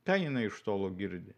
ką jinai iš tolo girdi